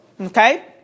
okay